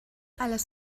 alles